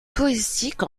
touristique